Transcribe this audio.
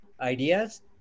ideas